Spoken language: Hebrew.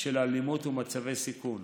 של אלימות ומצבי סיכון.